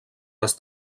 les